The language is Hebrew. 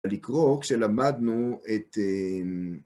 לקרוא, כשלמדנו את...